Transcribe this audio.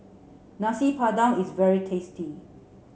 Nasi Padang is very tasty